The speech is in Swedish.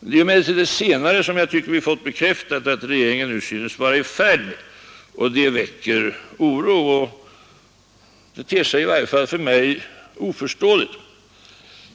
Det är emellertid det senare som jag tycker att vi har fått bekräftat att regeringen nu synes vara i färd med att göra, och det väcker oro och ter sig i varje fall för mig oförståeligt.